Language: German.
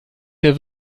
der